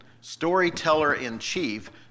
Storyteller-in-Chief